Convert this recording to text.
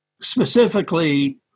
specifically